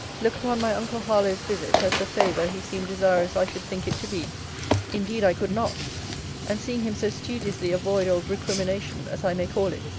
look upon my uncle harlowe's visit as the favour he seemed desirous i should think it to be indeed i could not and seeing him so studiously avoid all recrimination, as i may call it,